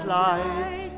light